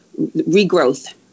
regrowth